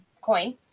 coin